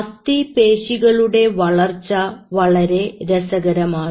അസ്ഥി പേശികളുടെ വളർച്ച വളരെ രസകരമാണ്